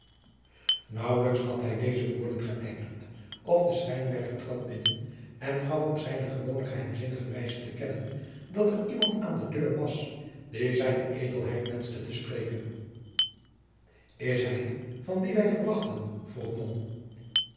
naauwelijks had hij deze woorden geëindigd of de schrijnwerker trad binnen en gaf op zijne gewone geheimzinnige wijze te kennen dat er iemand aan de deur was die zijne edelheid wenschte te spreken is hij van die wij verwachten vroeg